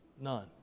none